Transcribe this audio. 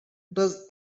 does